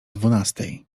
dwunastej